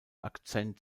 akzent